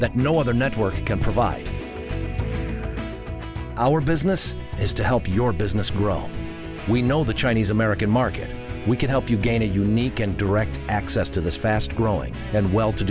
that no other network can provide our business is to help your business grow we know the chinese american market we can help you gain a unique and direct access to the fast growing and well to